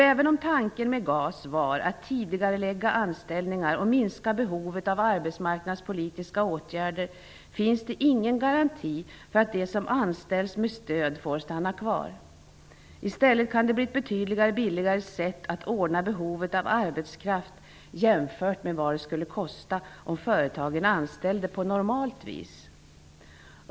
Även om tanken med GAS var att tidigarelägga anställningar och minska behovet av arbetsmarknadspolitiska åtgärder, finns det ingen garanti för att de som anställs med stöd får stanna kvar. I stället kan det bli ett betydligt billigare sätt att tillgodose behovet av arbetskraft jämfört med vad det skulle kosta om företagen anställde på normalt vis.